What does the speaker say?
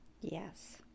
Yes